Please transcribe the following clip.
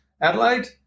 Adelaide